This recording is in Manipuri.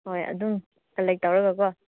ꯍꯣꯏ ꯑꯗꯨꯝ ꯀꯂꯦꯛ ꯇꯧꯔꯒ ꯀꯣ